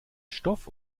stoff